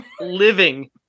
living